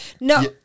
No